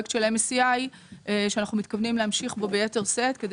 הפרויקט של MSCI שאנחנו מתכוונים להמשיך בו ביתר שאת כדי